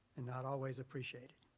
and not always appreciated.